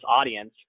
audience